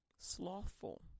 slothful